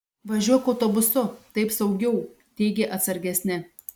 važiuok autobusu taip saugiau teigė atsargesni